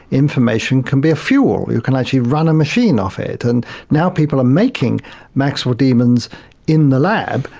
information can be a fuel, you can actually run a machine off it, and now people are making maxwell demons in the lab.